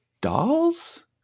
Dolls